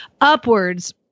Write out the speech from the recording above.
upwards